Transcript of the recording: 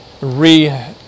re